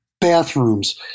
bathrooms